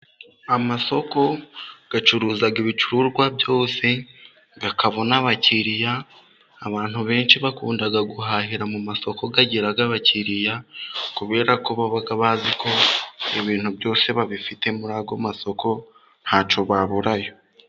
Amasoko acuruza ibicuruzwa byose akabona abakiriya, abantu benshi bakunda guhahira mu masoko agira abakiriya, kubera ko baba bazi ko ibintu byose babifite muri ayo masoko, nta cyo baburayo.